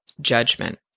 judgment